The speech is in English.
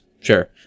sure